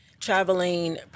traveling